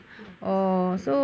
is still on Facebook